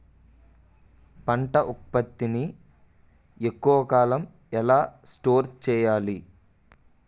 పంట ఉత్పత్తి ని ఎక్కువ కాలం ఎలా స్టోర్ చేయాలి?